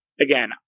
again